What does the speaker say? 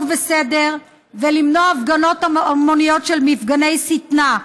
וסדר ולמנוע הפגנות המוניות של מפגני שטנה.